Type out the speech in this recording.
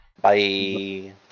Bye